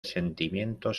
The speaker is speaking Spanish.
sentimientos